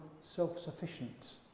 self-sufficient